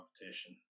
competition